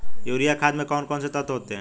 Urea खाद में कौन कौन से तत्व होते हैं?